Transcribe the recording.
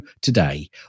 today